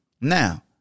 Now